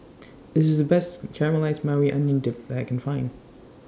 This IS The Best Caramelized Maui Onion Dip that I Can Find